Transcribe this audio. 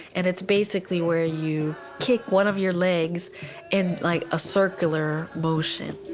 and it's basically where you kick one of your legs in like ah circular motion